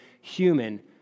human